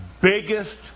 biggest